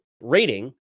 rating